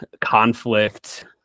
conflict